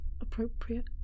appropriate